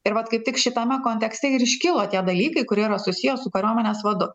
ir vat kaip tik šitame kontekste ir iškilo tie dalykai kurie yra susiję su kariuomenės vadu